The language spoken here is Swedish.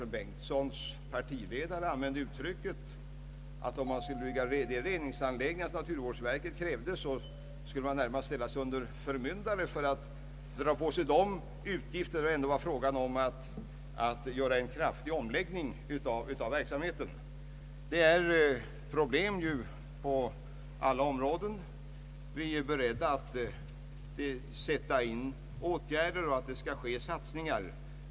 intar en mycket ledande position i denna industri — använde uttrycket att om man skulle bygga de reningsanläggningar som naturvårdsverket krävde, borde man närmast ställas under förmyndare om man drog på sig så stora utgifter. Yttrandet fälldes visserligen mot bakgrunden av en planerad omläggning av driften men visar ändå att vi har stora problem inom många industrier med olika ägarstruktur och på många områden. Vi är beredda att sätta in åtgärder och att göra satsningar.